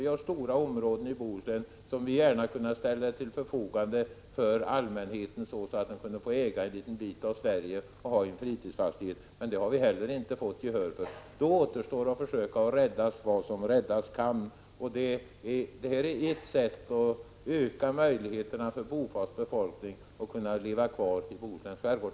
Vi har stora områden i Bohuslän som vi gärna kunde ställa till förfogande för allmänheten, så att den kunde få äga en liten bit av Sverige och ha fritidsfastighet där — men det har vi inte heller fått gehör för. Då återstår att försöka rädda vad som räddas kan. Detta är ett sätt att öka möjligheterna för den bofasta befolkningen att kunna leva kvar i Bohusläns skärgård.